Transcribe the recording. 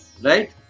Right